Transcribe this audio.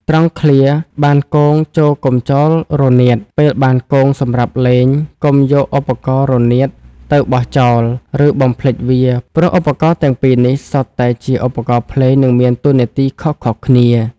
ត្រង់ឃ្លា បានគង ចូរកុំចោលរនាត ពេលបានគងសម្រាប់លេង កុំយកឧបករណ៍រនាតទៅបោះចោល ឬបំភ្លេចវា ព្រោះឧបករណ៍ទាំងពីរនេះសុទ្ធតែជាឧបករណ៍ភ្លេង និងមានតួនាទីខុសៗគ្នា។